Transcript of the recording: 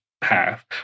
path